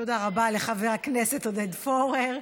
תודה רבה לחבר הכנסת עודד פורר.